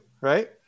right